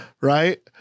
right